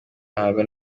ntago